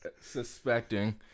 suspecting